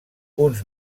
uns